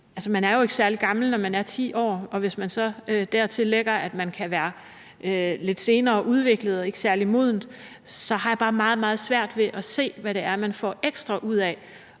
man er jo ikke særlig gammel, når man er 10 år, og hvis vi så dertil lægger, at man kan være lidt senere udviklet og ikke særlig moden, så har jeg bare meget, meget svært ved at se, hvad det er, man ekstra får ud af